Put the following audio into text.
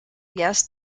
yes